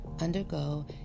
undergo